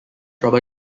rubber